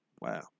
wow